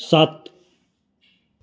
ਸੱਤ